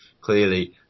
clearly